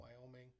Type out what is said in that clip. Wyoming